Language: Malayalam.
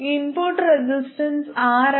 input resistance Ri 1gm